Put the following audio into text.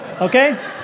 Okay